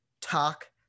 talk